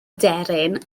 aderyn